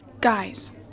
Guys